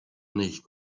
nicht